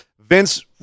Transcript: Vince